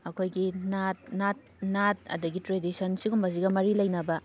ꯑꯩꯈꯣꯏꯒꯤ ꯅꯥꯠ ꯅꯥꯠ ꯅꯥꯠ ꯑꯗꯨꯗꯒꯤ ꯇ꯭ꯔꯦꯗꯤꯁꯟ ꯑꯁꯤꯒꯨꯝꯕꯁꯤꯒ ꯃꯔꯤ ꯂꯩꯅꯕ